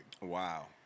Wow